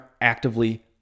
actively